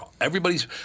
everybody's –